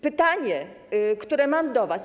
Pytanie, które mam do was: